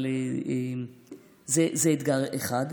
אבל זה אתגר אחד.